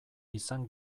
izan